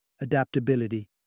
adaptability